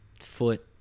foot